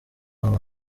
hano